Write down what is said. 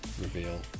reveal